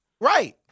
Right